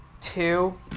Two